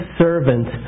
servant